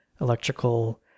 electrical